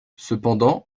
cependant